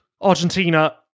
Argentina